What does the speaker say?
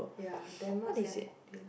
ya damn not sian eh